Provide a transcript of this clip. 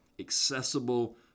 accessible